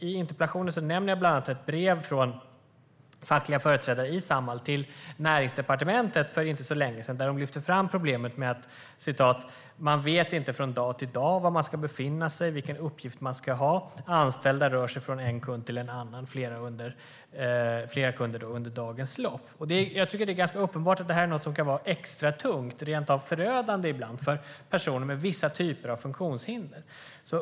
I interpellationen nämner jag bland annat ett brev från fackliga företrädare i Samhall till Näringsdepartementet för inte så länge sedan. Där lyfter de fram problemet med att man inte vet från dag till dag var man ska befinna sig och vilka uppgifter man ska ha. Anställda rör sig från en kund till en annan och har flera kunder under dagens lopp. Jag tycker att det är ganska uppenbart att det här är något som kan vara extra tungt, rentav förödande ibland, för personer med vissa typer av funktionshinder.